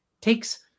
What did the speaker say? takes